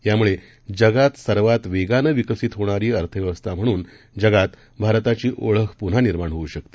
यामुळेजगातसर्वातवेगानंविकसितहोणारीअर्थव्यवस्थाम्हणूनजगातभारताचीओळखपुन्हानिर्माणहोऊशकते